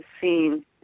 seen